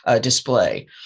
display